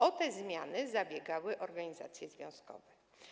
O te zmiany zabiegały organizacje związkowe.